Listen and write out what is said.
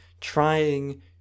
trying